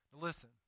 Listen